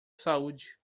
saúde